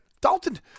Dalton